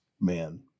Man